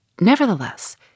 nevertheless